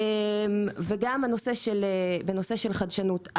וגם הנושא של חדשנות.